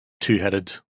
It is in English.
two-headed